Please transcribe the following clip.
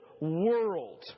world